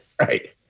Right